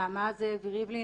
נעמה זאבי ריבלין,